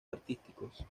artísticos